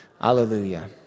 Hallelujah